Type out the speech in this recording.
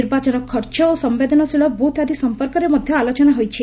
ନିର୍ବାଚନ ଖର୍ଚ୍ଚ ଓ ସମ୍ଭେଦନଶୀଳ ବୁଥ୍ ଆଦି ସଂପର୍କରେ ମଧ୍ଧ ଆଲୋଚନା ହୋଇଛି